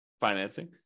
financing